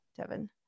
Devin